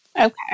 Okay